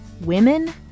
Women